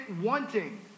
wanting